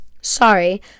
sorry